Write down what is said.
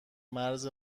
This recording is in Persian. مرز